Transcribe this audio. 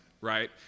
right